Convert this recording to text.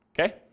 okay